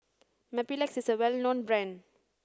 Mepilex is a well known brand